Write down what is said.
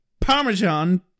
parmesan